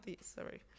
Sorry